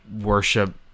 worship